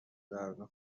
درون